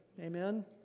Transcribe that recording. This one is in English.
amen